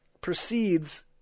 proceeds